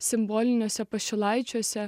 simboliniuose pašilaičiuose